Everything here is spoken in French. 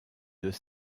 deux